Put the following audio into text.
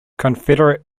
confederate